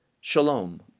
shalom